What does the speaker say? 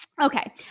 Okay